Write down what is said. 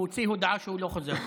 הוא הוציא הודעה שהוא לא חוזר בו.